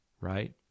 right